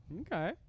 Okay